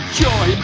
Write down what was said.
joy